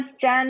Jen